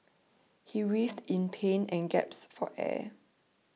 he writhed in pain and gasped for air